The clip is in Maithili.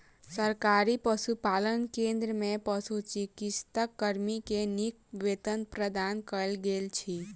सरकारी पशुपालन केंद्र में पशुचिकित्सा कर्मी के नीक वेतन प्रदान कयल गेल अछि